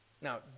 Now